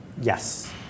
Yes